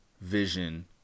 vision